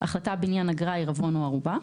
(4)החלטה בעניין אגרה, עירבון או ערובה,